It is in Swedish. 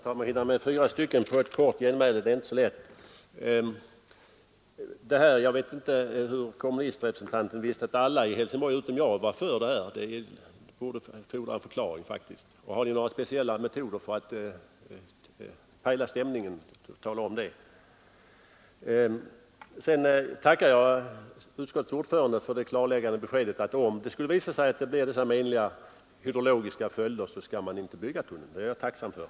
Herr talman! Det är inte så lätt att hinna svara fyra talare på tre minuter. Jag vet inte hur kommunistrepresentanten visste att alla i Helsingborg utom jag var för det här förslaget. Det fordrar en förklaring. Har ni några speciella metoder för att pejla stämningen, så tala om det. Jag tackar utskottets ordförande för det klarläggande beskedet att om det skulle visa sig att det blir menliga hydrologiska följder skall man inte bygga tunneln. Det är jag tacksam för.